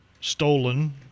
stolen